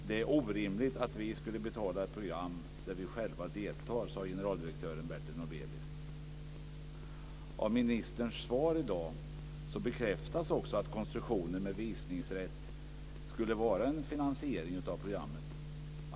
Det är orimligt att vi ska betala ett program där vi själva deltar, sade generaldirektören Bertil Norbelie. I ministerns svar i dag bekräftas också att konstruktionen med visningsrätt skulle vara en finansiering av programmet.